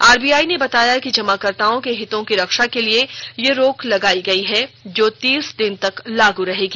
RBI ने बताया कि जमाकर्ताओं के हितों की रक्षा के लिए यह रोक लगाई गई है जो तीस दिन तक लागू रहेगी